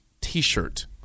t-shirt